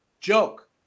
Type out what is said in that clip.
joke